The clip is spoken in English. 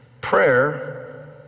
Prayer